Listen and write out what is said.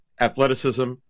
athleticism